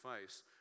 face